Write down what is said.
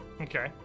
Okay